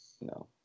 No